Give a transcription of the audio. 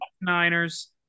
Niners